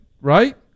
right